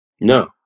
No